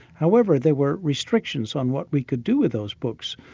however, there were restrictions on what we could do with those books,